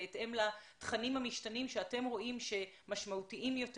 בהתאם לתכנים המשתנים שאתם רואים שהם משמעותיים יותר.